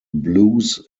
blues